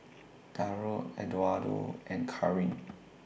Darold Eduardo and Karyn